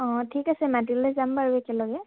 অঁ ঠিক আছে মাতিলে যাম বাৰু একেলগে